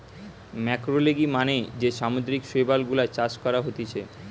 ম্যাক্রোলেগি মানে যে সামুদ্রিক শৈবাল গুলা চাষ করা হতিছে